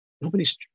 nobody's